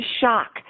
shock